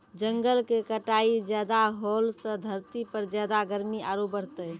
जंगल के कटाई ज्यादा होलॅ सॅ धरती पर ज्यादा गर्मी आरो बढ़तै